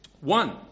one